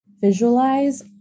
visualize